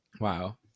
Wow